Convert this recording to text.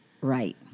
Right